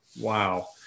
Wow